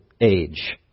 age